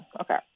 okay